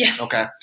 okay